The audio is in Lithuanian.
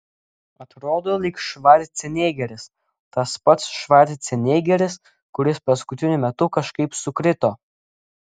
atrodo lyg švarcnegeris tas pats švarcnegeris kuris paskutiniu metu kažkaip sukrito